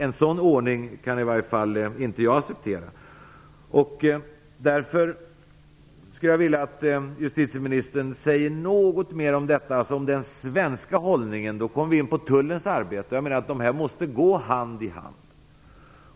En sådan ordning kan i alla fall jag inte acceptera. Jag skulle vilja att justitieministern säger något mera om den svenska hållningen. Då kommer vi in på tullens arbete. Jag menar att kontrollerna måste gå hand i hand.